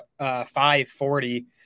5'40